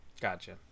Gotcha